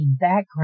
background